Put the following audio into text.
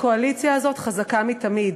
הקואליציה הזאת חזקה מתמיד.